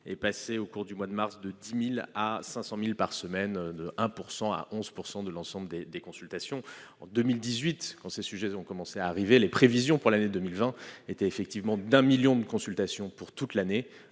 est passé au cours du mois de mars de 10 000 à 500 000 par semaine, soit de 1 % à 11 % de l'ensemble des consultations. En 2018, quand ces sujets ont commencé à se présenter, les prévisions pour l'année 2020 étaient effectivement d'un million de consultations pour toute l'année